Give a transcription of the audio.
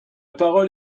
parole